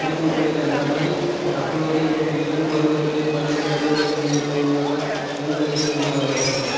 திரும்பவும் கிடைக்க அந்த மாதிரி அப்பொழுது எங்கள் இளம் பருவத்தில் பள்ளி கல்லூரிகள் மூலமாக எங்களுக்கு ம